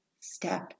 step